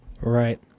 Right